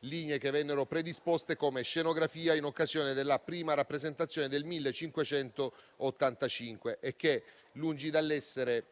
lignee che vennero predisposte come scenografia in occasione della prima rappresentazione del 1585 e che, lungi dall'essere